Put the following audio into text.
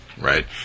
right